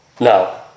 Now